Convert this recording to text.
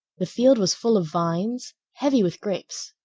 the field was full of vines heavy with grapes.